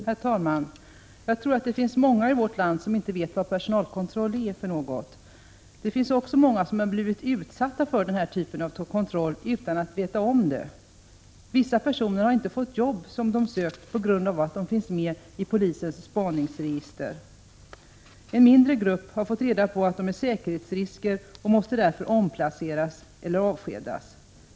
Herr talman! Jag tror att det finns många i vårt land som inte vet vad personalkontroll är för något. Det finns också många som blivit utsatta för denna typ av kontroll utan att veta om det. Vissa personer har inte fått ett jobb som de har sökt på grund av att de finns med i polisens spaningsregister. En mindre grupp har fått reda på att de är säkerhetsrisker och därför måste omplaceras eller avskedas.